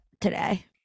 today